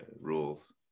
rules